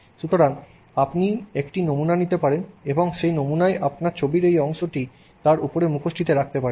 সুতরাং আপনি একটি নমুনা নিতে পারেন এবং সেই নমুনায় আপনি ছবির এই অংশটি তার উপরে মুখোশটিতে রাখতে পারেন